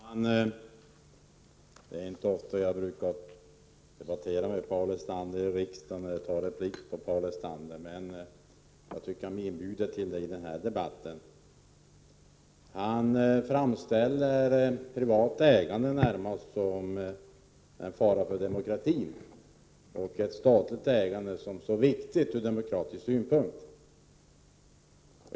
Fru talman! Det är inte ofta jag debatterar med Paul Lestander i riksdagen eller begär replik på hans anföranden, men jag tycker att han inbjuder till det i det här sammanhanget. Paul Lestander framställer privat ägande närmast som en fara för demokratin och det statliga ägandet som så viktigt ur demokratisk synpunkt.